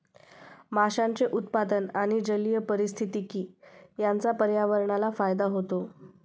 माशांचे उत्पादन आणि जलीय पारिस्थितिकी यांचा पर्यावरणाला फायदा होतो